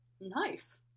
Nice